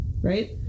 right